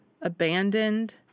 abandoned